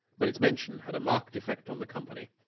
but its mention had a marked effect on the company.